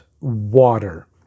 water